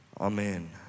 Amen